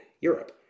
Europe